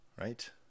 Right